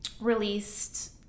released